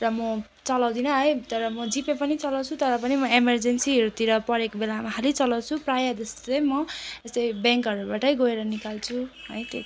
र म चलाउँदिनँ है तर म जिपे पनि चलाउँछु तर पनि म इमर्जेन्सीहरूतिर परेको बेलामा खालि चलाउँछु प्रायःजस्तो चाहिँ म यस्तो ब्याङ्कहरूबाटै गएर निकाल्छु है त्यति